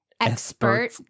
expert